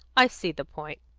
i see the point.